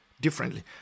differently